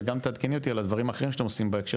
וגם תעדכני אותי על דברים אחרים שאתם עושים בהקשר